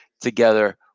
together